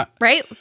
Right